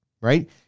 right